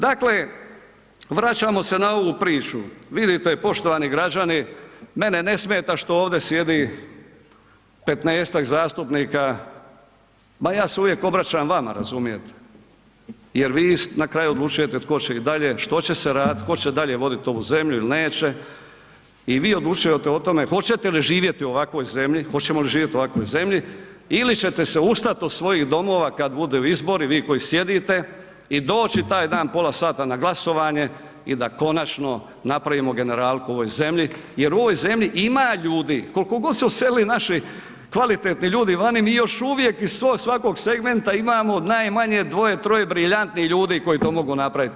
Dakle, vraćamo se na ovu priču, vidite poštovani građani, mene ne smeta što ovdje sjedi petnaestak zastupnika, ma ja se uvijek obraćam vama razumijete jer vi na kraju odlučujete tko će dalje, što će se raditi, tko će dalje voditi ovu zemlju ili neće i vi odlučujete o tome hoćete li živjeti u ovakvoj zemlji, hoćemo li živjet u ovakvoj zemlji ili ćete se ustat od svojih domova kada budu izbori, vi koji sjedite i doći taj dan pola sata na glasovanje i da konačno napravimo generalku u ovoj zemlji jer u ovoj zemlji ima ljudi, koliko god se odselili naši kvalitetni ljudi vani, mi još uvijek iz svakog segmenta imamo najmanje dvoje, troje briljantnih ljudi koji to mogu napraviti.